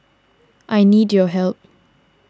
I need your help